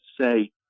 say